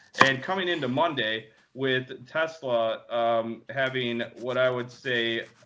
and coming into monday with tesla um having what i would say